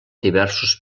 diversos